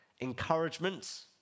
encouragement